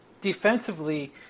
defensively